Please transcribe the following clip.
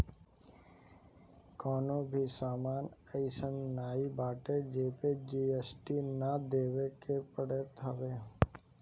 कवनो भी सामान अइसन नाइ बाटे जेपे जी.एस.टी ना देवे के पड़त हवे